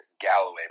Galloway